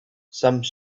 some